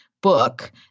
book